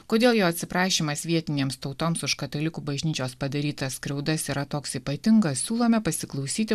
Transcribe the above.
kodėl jo atsiprašymas vietinėms tautoms už katalikų bažnyčios padarytas skriaudas yra toks ypatingas siūlome pasiklausyti